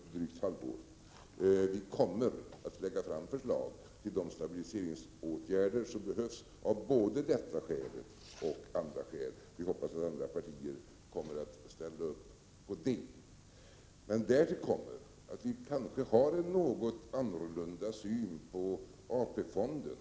Moderaterna kommer att lägga fram förslag till de stabiliseringsåtgärder som behövs, av både detta skäl och andra skäl. Jag hoppas att andra partier kommer att ställa upp. Därtill kommer att vi moderater kanske har en något annorlunda syn på AP-fonden.